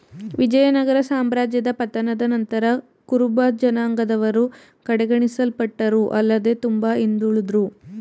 ವಿಜಯನಗರ ಸಾಮ್ರಾಜ್ಯದ ಪತನದ ನಂತರ ಕುರುಬಜನಾಂಗದವರು ಕಡೆಗಣಿಸಲ್ಪಟ್ಟರು ಆಲ್ಲದೆ ತುಂಬಾ ಹಿಂದುಳುದ್ರು